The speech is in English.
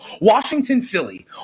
Washington-Philly